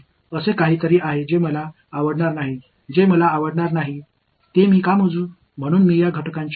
எனக்கு விருப்பமில்லாத ஆர்வமில்லாத ஒன்று இருப்பதாக எனக்குத் தெரிந்தால் நான் அதை ஏன் கணக்கிட வேண்டும்